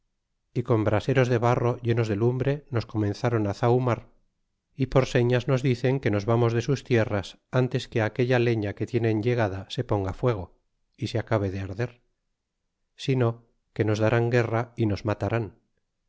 y con braseros de barro llenos de lumbre nos comenzaron zahurnar y por señas nos dicen que nos vamos de sus tierras antes que aquella leña que tienen llegada se ponga fuego y se acabe de arder si no que nos darán guerra y nos matarán